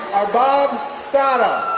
arbab sadda